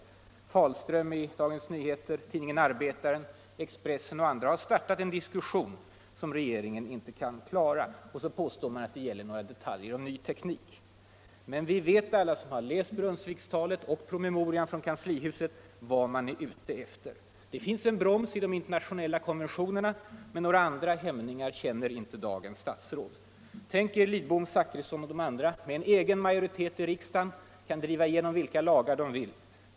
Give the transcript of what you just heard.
Jan-Magnus Fahlström i Dagens Nyheter, tidningen Arbetaren, Expressen och andra har startat en diskussion som regeringen inte kan klara — och så påstår man att det gäller några detaljer om ny teknik. Men alla som har läst Brunnsvikstalet och promemorian från kanslihuset vet vad man är ute efter. Det finns en broms i de internationella konventionerna, men några andra hämningar känner inte dagens statsråd. Vi kan därför föreställa oss herrar Lidbom, Zachrisson och de andra med egen majoritet i riksdagen och med möjlighet att driva igenom vilka lagar de vill.